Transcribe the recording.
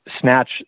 snatch